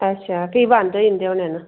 अच्छा फ्ही बंद होई जंदे होने न